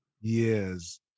Yes